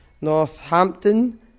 Northampton